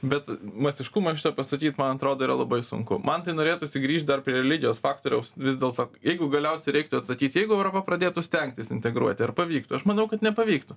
bet masiškumą šito pasakyt man atrodo yra labai sunku man tai norėtųsi grįžt dar prie religijos faktoriaus vis dėlto jeigu galiausiai reiktų atsakyt jeigu europa pradėtų stengtis integruoti ar pavyktų aš manau kad nepavyktų